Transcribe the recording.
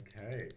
Okay